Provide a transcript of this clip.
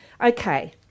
Okay